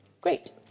Great